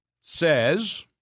says